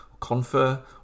Confer